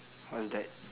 what's that